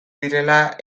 direla